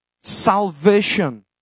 salvation